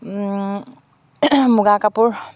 মুগা কাপোৰ